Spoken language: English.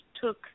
took